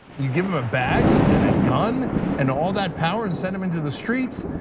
you give them a badge and a gun and all that power and send them into the streets?